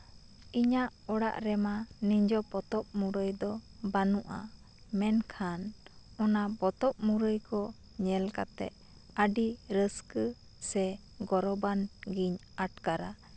ᱤᱧᱟᱹᱜ ᱚᱲᱟᱜ ᱨᱮᱢᱟ ᱱᱤᱡᱚ ᱯᱚᱛᱚᱵ ᱢᱩᱨᱟᱹᱭ ᱫᱚ ᱵᱟᱹᱱᱩᱜᱼᱟ ᱢᱮᱱᱠᱷᱟᱱ ᱚᱱᱟ ᱯᱚᱛᱚᱵ ᱢᱩᱨᱟᱹᱭ ᱠᱚ ᱧᱮᱞ ᱠᱟᱛᱮᱜ ᱟᱹᱰᱤ ᱨᱟᱹᱥᱠᱟᱹ ᱥᱮ ᱜᱚᱨᱚᱵᱟᱱ ᱜᱮ ᱤᱧ ᱟᱴᱠᱟᱨᱟ